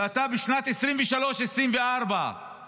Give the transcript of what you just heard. ובשנת 2023 2024 אתה